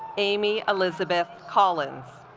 amy elizabeth collins